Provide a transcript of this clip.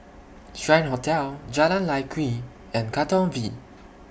Strand Hotel Jalan Lye Kwee and Katong V